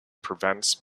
prevents